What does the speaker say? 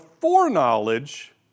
foreknowledge